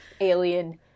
alien